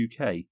UK